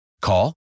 Call